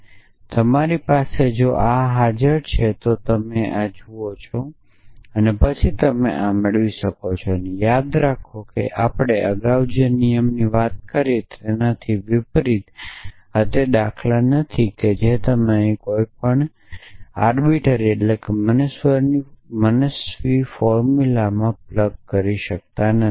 જો તમારી પાસે જો આ છે અને જો તમે આ જુઓ છો તો પછી તમે આ મેળવી શકો અને યાદ રાખો કે આપણે અગાઉ જે નિયમની વાત કરી હતી તેનાથી વિપરીત આ તેવું છે કે તમે અહીં કોઈ પણ મનસ્વી ફોર્મુલા પ્લગ કરી શકતા નથી